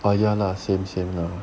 啊 ya lah same same lah